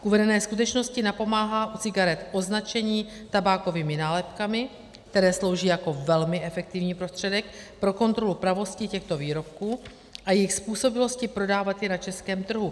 Uvedené skutečnosti napomáhá u cigaret označení tabákovými nálepkami, které slouží jako velmi efektivní prostředek pro kontrolu pravosti těchto výrobků a jejich způsobilosti prodávat je na českém trhu.